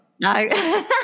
no